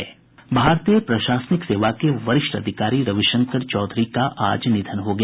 भारतीय प्रशासनिक सेवा के वरिष्ठ अधिकारी रविशंकर चौधरी का आज निधन हो गया